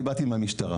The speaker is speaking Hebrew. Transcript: אני באתי מהמשטרה,